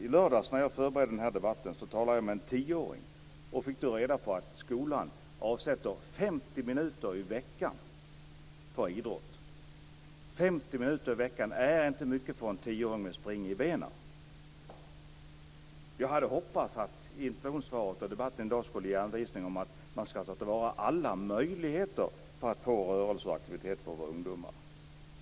I lördags när jag förberedde den här debatten talade jag med en 10-åring och fick då reda på att skolan avsätter 50 minuter i veckan för idrott. Det är inte mycket för en 10-åring med spring i benen. Jag hade hoppats att interpellationssvaret och debatten i dag skulle ge anvisning om att man skulle ta till vara alla möjligheter för att få rörelse och aktivitet för våra ungdomar.